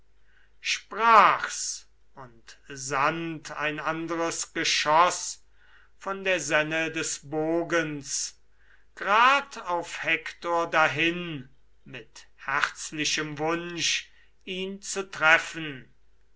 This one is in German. sprach's und sandt ein andres geschoß von der senne des bogens grad auf hektor dahin mit herzlichem wunsch ihn zu treffen